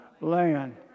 land